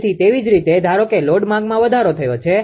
તેથી તેવી જ રીતે ધારો કે લોડ માંગમાં વધારો થયો છે